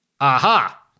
aha